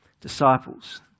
disciples